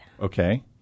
Okay